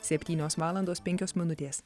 septynios valandos penkios minutės